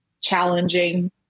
challenging